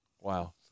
Wow